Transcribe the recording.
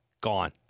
Gone